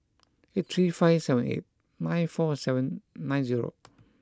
three five seven eight nine four nine zero